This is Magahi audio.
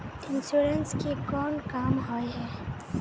इंश्योरेंस के कोन काम होय है?